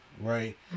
right